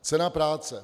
Cena práce.